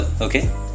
okay